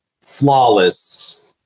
flawless